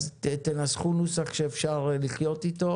איתי, אז מצביעים על סעיפים אחרים?